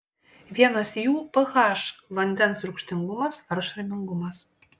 vienas jų ph vandens rūgštingumas ar šarmingumas